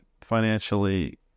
financially